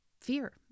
fear